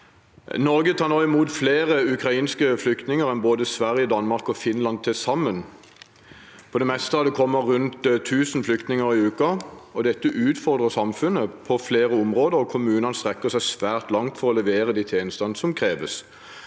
Norge tar nå imot flere ukrainske flyktninger enn både Sverige, Danmark og Finland til sammen. På det meste har det kommet rundt 1 000 flyktninger i uken, og dette utfordrer samfunnet på flere områder. Kommunene strekker seg svært langt for å levere de tjenestene som kreves.